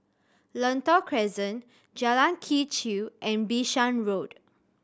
Lentor Crescent Jalan Quee Chew and Bishan Road